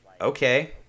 okay